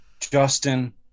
Justin